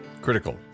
critical